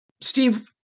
Steve